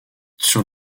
sur